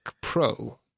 Pro